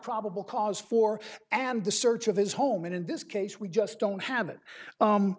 probable cause for and the search of his home and in this case we just don't have it